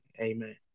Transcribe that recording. Amen